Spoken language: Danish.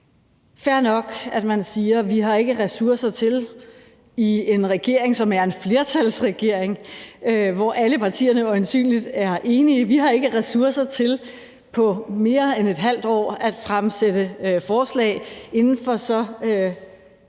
fair nok, at man siger, at vi ikke har ressourcer til i en regering, som er en flertalsregering, hvor alle partierne øjensynlig er enige, på mere end et halvt år at fremsætte forslag inden for et